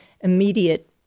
immediate